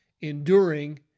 enduring